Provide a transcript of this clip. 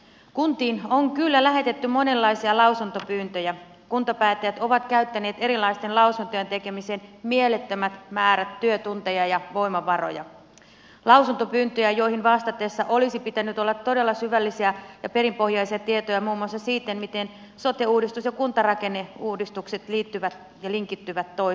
kuntiin on kyllä lähetetty monenlaisia lausuntopyyntöjä kuntapäättäjät ovat käyttäneet erilaisten lausuntojen tekemiseen mielettömät määrät työtunteja ja voimavaroja lausuntopyyntöjä joihin vastatessa olisi pitänyt olla todella syvällisiä ja perinpohjaisia tietoja muun muassa siitä miten sote ja kuntarakenneuudistukset liittyvät ja linkittyvät toisiinsa